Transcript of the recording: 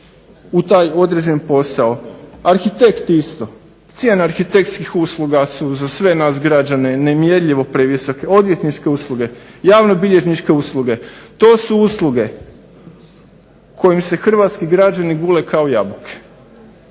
u taj određeni posao. Arhitekt isto, cijena arhitektnih usluga su za sve nas građane nemjerljivo previsoke. Odvjetničke usluge, javnobilježničke usluge to su usluge kojim se hrvatski građani gule kao jabuke.